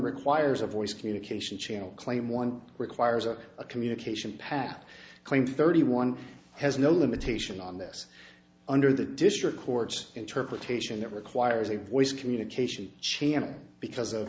requires a voice communication channel claim one requires a communication path claim thirty one has no limitation on this under the district court's interpretation that requires a voice communication channel because of